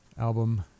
album